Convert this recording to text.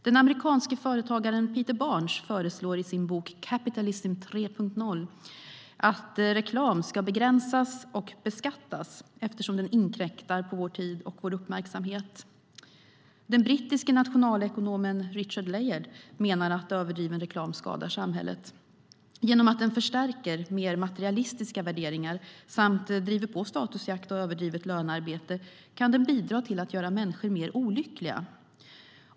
Den amerikanske företagaren Peter Barnes föreslår i sin bok Capitalism 3.0 att reklam ska begränsas och beskattas eftersom den inkräktar på vår tid och vår uppmärksamhet. Den brittiske nationalekonomen Richard Layard menar att överdriven reklam skadar samhället. Genom att den förstärker mer materialistiska värderingar samt driver på statusjakt och överdrivet lönearbete kan den bidra till att göra människor mer olyckliga.